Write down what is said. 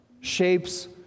shapes